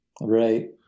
Right